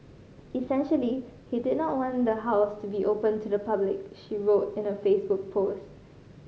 essentially he did not want the house to be open to the public she wrote in a Facebook post